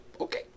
okay